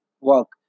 work